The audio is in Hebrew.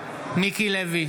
יאיר לפיד,